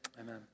Amen